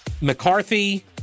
mccarthy